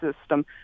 system